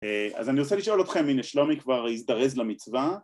‫אז אני רוצה לשאול אתכם ‫הנה שלומי כבר הזדרז למצווה.